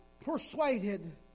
persuaded